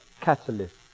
catalyst